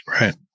right